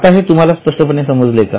आता हे तुम्हाला स्पष्टपणे समजले का